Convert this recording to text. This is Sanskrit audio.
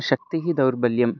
शक्तिः दौर्बल्यम्